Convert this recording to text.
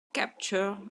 capture